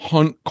Hunt